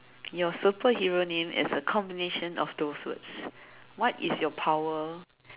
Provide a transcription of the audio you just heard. your superhero name is a combination of those words what is your power